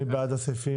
מי בעד הסעיפים?